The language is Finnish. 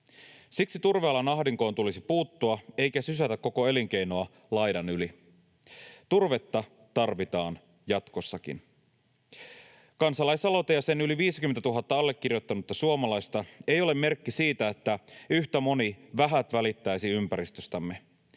Siksi turvealan ahdinkoon tulisi puuttua eikä sysätä koko elinkeinoa laidan yli. Turvetta tarvitaan jatkossakin. Kansalaisaloite ja sen yli 50 000 allekirjoittanutta suomalaista eivät ole merkki siitä, että yhtä moni vähät välittäisi ympäristöstämme.